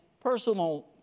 personal